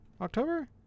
october